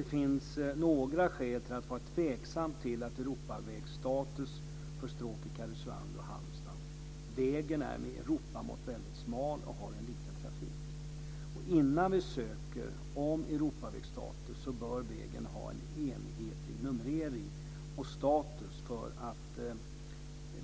Det finns några skäl till att vara tveksam till Europavägstatus för stråket Karesuando-Halmstad. Vägen är med Europamått mätt väldigt smal, och den har lite trafik. Innan vi söker om Europavägstatus bör vägen ha en enhetlig numrering och status för att